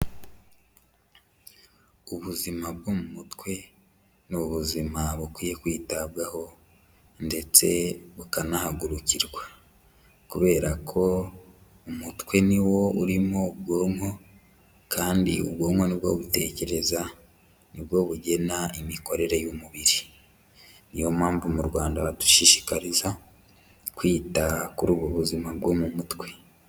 Ubuzima bwo mu mutwe ni ubuzima bukwiye kwitabwaho ndetse bukanahagurukirwa kubera ko umutwe ni wo urimwo ubwonko kandi ubwonko ni bwo butekereza ni bwo bugena imikorere y'umubiri, niyo mpamvu mu Rwanda badushishikariza kwita kuri ubu buzima bwo mu mutwe.